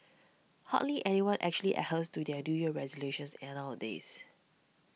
hardly anyone actually adheres to their New Year resolutions and nowadays